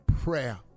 Prayer